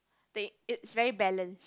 that it's very balance